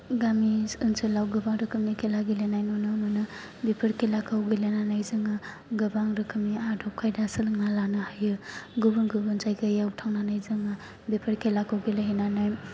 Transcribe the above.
गामि ओनसोलाव गोबां रोखोमनि खेला गेलेनाय नुनो मोनो बेफोर खेलाखौ गेलेनानै जोङो गोबां रोखोमनि आदब खायदा सोलोंना लानो हायो गुबुन गुबुन जायगायाव थांनानै जोङो बेफोर खेलाखौ गेलेहैनानै